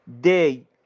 day